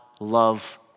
love